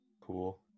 Cool